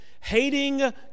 hating